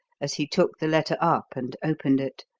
as he took the letter up and opened it.